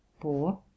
four